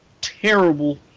Terrible